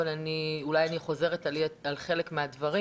ואולי אני חוזרת על חלק מהדברים.